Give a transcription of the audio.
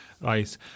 right